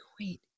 wait